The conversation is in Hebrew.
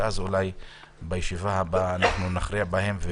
ואולי בישיבה הבאה נכריע בהן.